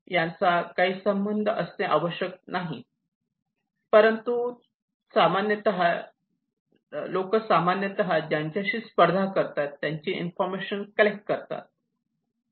यांचा की थेट संबंध असणे आवश्यक नाही परंतु लोक सामान्यत ज्यांच्याशी स्पर्धा करतात त्यांची इन्फॉर्मेशन कलेक्ट करतात